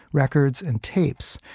records and tapes,